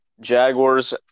Jaguars